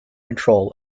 control